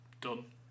done